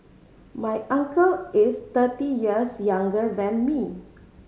my uncle is thirty years younger than me